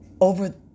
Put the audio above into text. over